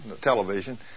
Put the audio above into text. television